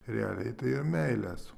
realiai tai meilės